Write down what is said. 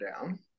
down